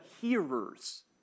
hearers